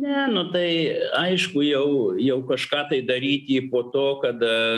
ne nu tai aišku jau jau kažką tai daryti po to kada